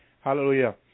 Hallelujah